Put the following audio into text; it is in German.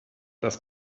das